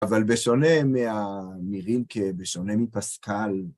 אבל בשונה מה... נראים כבשונה מפסקל.